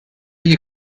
you